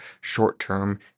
short-term